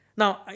Now